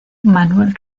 manuel